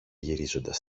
γυρίζοντας